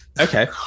Okay